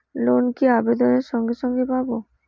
Loan কি আবেদনের সঙ্গে সঙ্গে পাব?